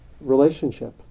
relationship